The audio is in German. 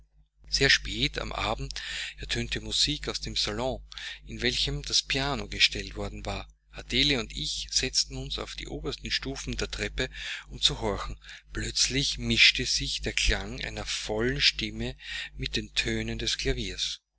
sehr spät am abend ertönte musik aus dem salon in welchen das piano gestellt worden war adele und ich setzten uns auf die oberen stufen der treppe um zu horchen plötzlich mischte sich der klang einer vollen stimme mit den tönen des